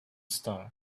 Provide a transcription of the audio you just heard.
star